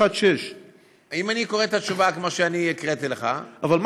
616. אם אני קורא את התשובה כמו שאני הקראתי לך,